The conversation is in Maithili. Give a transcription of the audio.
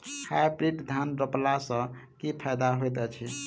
हाइब्रिड धान रोपला सँ की फायदा होइत अछि?